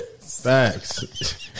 Facts